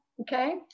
okay